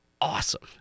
awesome